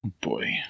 Boy